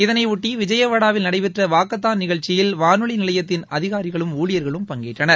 இதனையொட்டி விஜயவாடாவில் நடைபெற்ற வாக்கத்தான் நிகழ்ச்சியில் வானொலி நிலையத்தின் அதிகாரிகளும் ஊழியர்களும் பங்கேற்றனர்